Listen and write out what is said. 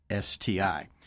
STI